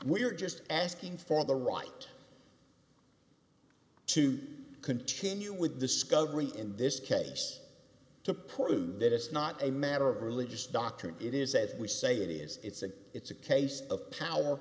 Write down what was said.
we're just asking for the right to continue with discovery in this case to prove that it's not a matter of religious doctrine it is as we say it is it's a it's a case of power